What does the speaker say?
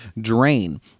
drain